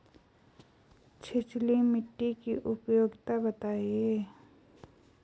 छिछली मिट्टी की उपयोगिता बतायें?